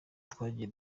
twagiye